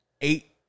eight